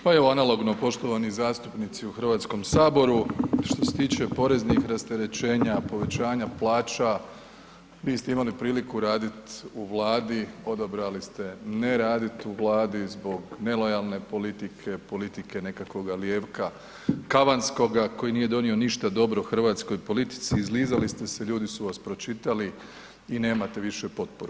Pa evo analogno poštovani zastupnici u Hrvatskom saboru, što se tiče poreznih rasterećenja, povećanja plaća, vi ste imali priliku radit u Vladi, odabrali ste ne radih u Vladi zbog nelojalne politike, politike nekakvoga lijevka kavanskoga koji nije donio ništa dobro hrvatskoj politici, izlizali ste se, ljudi su vas pročitali i nemate više potporu.